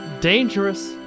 Dangerous